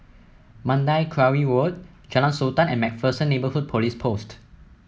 Mandai Quarry Road Jalan Sultan and MacPherson Neighbourhood Police Post